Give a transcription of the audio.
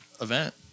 event